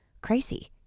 crazy